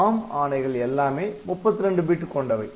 ARM ஆணைகள் எல்லாமே 32 bit கொண்டவை